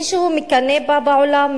מישהו מקנא בה בעולם?